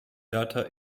data